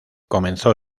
comenzó